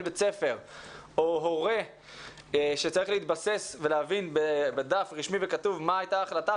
בית ספר או הורה שצריך להתבסס ולהבין בדף רשמי וכתוב מה הייתה ההחלטה,